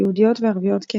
יהודיות וערביות כאחד.